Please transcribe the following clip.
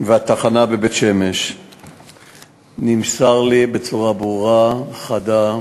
והתחנה בבית-שמש נמסר לי בצורה ברורה וחדה